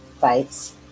fights